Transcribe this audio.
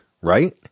right